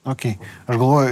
okei aš galvoju